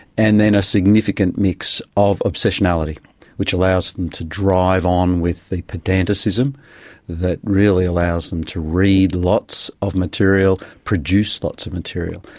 and then a significant mix of obsessionality which allows them to drive on with the pedanticism that really allows them to read lots of material, produce lots of material.